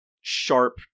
sharp